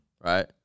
right